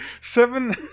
Seven